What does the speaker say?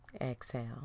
Exhale